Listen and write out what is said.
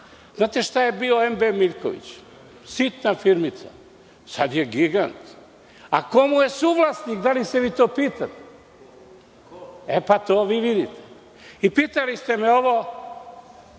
znate šta je bio „MB Miljković“? Sitna firmica. Sada je gigant. Ko mu je suvlasnik, da li se vi to pitate? To vi vidite. Pitali ste me –